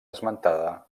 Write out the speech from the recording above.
esmentada